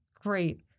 great